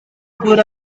good